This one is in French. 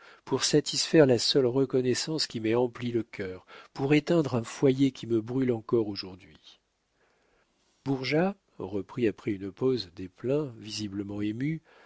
pour satisfaire la seule reconnaissance qui m'ait empli le cœur pour éteindre un foyer qui me brûle encore aujourd'hui bourgeat reprit après une pause desplein visiblement ému